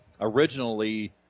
Originally –